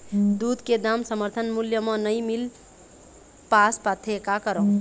दूध के दाम समर्थन मूल्य म नई मील पास पाथे, का करों?